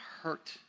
hurt